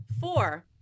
four